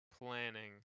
planning